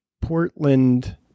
Portland